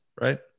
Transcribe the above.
right